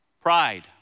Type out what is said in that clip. pride